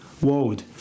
world